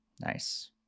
Nice